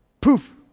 Poof